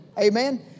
Amen